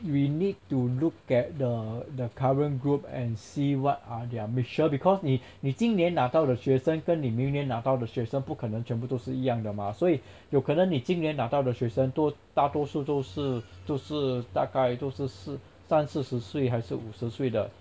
we need to look at the the current group and see what are their measure because 你你今年拿到的学生跟你明年拿到的学生不可能全部都是一样的 mah 所以有可能你今年拿到的学生多大多数都是都是大概都是是三四十岁还是四五十岁的